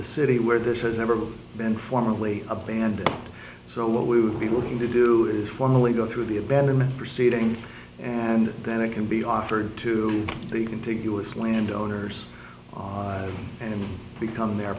the city where this has ever been formally abandoned so what we would be willing to do is formally go through the abandonment proceeding and then it can be offered to the contiguous landowners and become their